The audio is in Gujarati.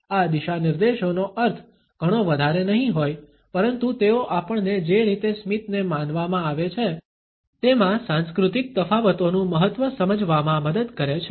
આ દિશાનિર્દેશો નો અર્થ ઘણો વધારે નહિ હોઈ પરંતુ તેઓ આપણને જે રીતે સ્મિતને માનવામાં આવે છે તેમાં સાંસ્કૃતિક તફાવતોનું મહત્વ સમજવામાં મદદ કરે છે